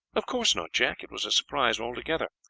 of course not, jack it was a surprise altogether.